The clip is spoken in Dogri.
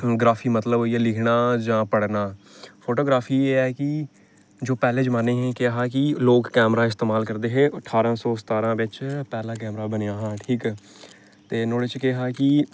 ग्राफी मतलब होई गेआ लिखना जां पढ़ना फोटोग्राफी एह् ऐ कि जो पैह्ले जमान्ने हे केह् हा लोक कैमरा इस्तमाल करदे हे ठारां सौ सत्तारां बिच्च पैह्ला कैमरा बनेआ हा ठीक ऐ ते नुआढ़े च केह् हा कि